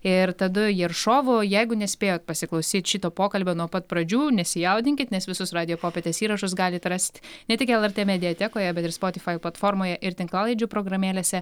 ir tadu jeršovu jeigu nespėjot pasiklausyt šito pokalbio nuo pat pradžių nesijaudinkit nes visus radijo popietės įrašus galit rast ne tik lrt mediatekoje bet ir spotifai platformoje ir tinklalaidžių programėlėse